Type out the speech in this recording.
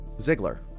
Ziegler